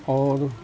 اور